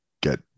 get